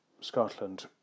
Scotland